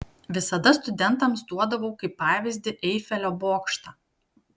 visada studentams duodavau kaip pavyzdį eifelio bokštą